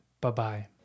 Bye-bye